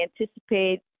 anticipate